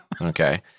Okay